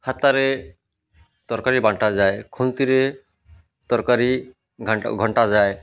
ହାତାରେ ତରକାରୀ ବାଣ୍ଟାଯାଏ ଖୁନ୍ତିରେ ତରକାରୀ ଘଣ୍ଟାଯାଏ